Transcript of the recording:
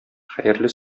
хәерле